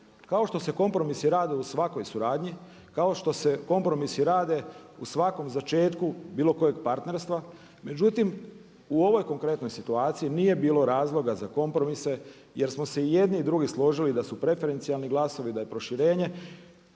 kao što se kompromisi rade u svakoj suradnji, kao što se kompromisi rade u svakom začetku bilo kojeg partnerstva. Međutim, u ovoj konkretnoj situaciji nije bilo razloga za kompromise jer smo se i jedni i drugi složili da su preferencijalni glasovi da je proširenje